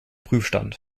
prüfstand